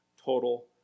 total